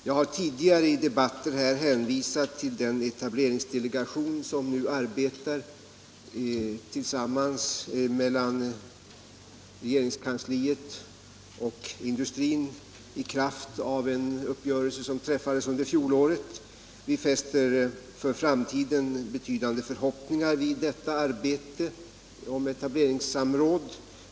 Jag har tidigare i denna debatt hänvisat till den etableringsdelegation som arbetar tillsammans med regeringskansliet och industrin i kraft av en uppgörelse som träffades under fjolåret. Vi fäster betydande förhoppningar för framtiden vid dessa etableringssamråd.